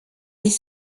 les